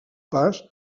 pas